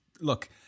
look